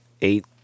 eight